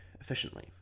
efficiently